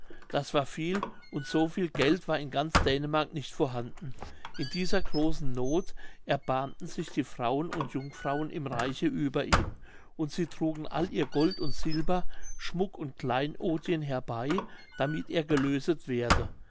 das war viel und so viel geld war in ganz dänemark nicht vorhanden in dieser großen noth erbarmten sich die frauen und jungfrauen im reiche über ihn und sie trugen all ihr gold und silber schmuck und kleinodien herbei damit er gelöset werde